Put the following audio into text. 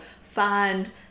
find